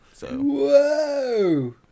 Whoa